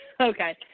Okay